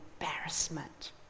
embarrassment